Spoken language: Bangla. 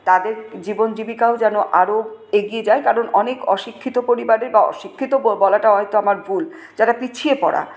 তাদের জীবন জীবিকাও যেন আরও এগিয়ে যায় কারণ অনেক অশিক্ষিত পরিবারের বা অশিক্ষিত বলাটা হয়তো আমার ভুল যারা পিছিয়ে পড়া